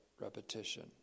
repetition